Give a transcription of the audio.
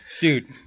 dude